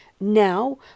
now